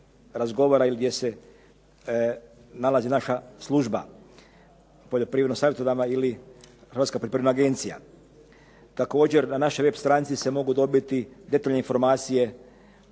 ili gdje se nalazi naša služba poljoprivredno savjetodavna ili hrvatska poljoprivredna agencija. Također, na našoj web stranici se mogu dobiti detaljne informacije